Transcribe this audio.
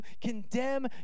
condemn